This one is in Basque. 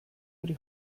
hori